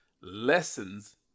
lessons